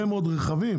הרבה מאוד רכבים.